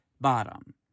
bottom